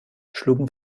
schlugen